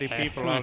people